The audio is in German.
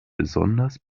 besonders